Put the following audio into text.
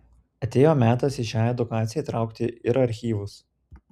atėjo metas į šią edukaciją įtraukti ir archyvus